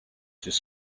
this